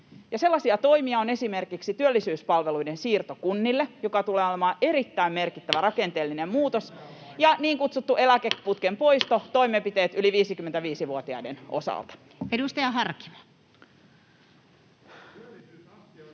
Sellaisia toimia ovat esimerkiksi työllisyyspalveluiden siirto kunnille, joka tulee olemaan erittäin merkittävä rakenteellinen muutos, ja niin kutsuttu eläkeputken poisto eli toimenpiteet yli 55-vuotiaiden osalta. [Perussuomalaisten